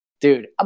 dude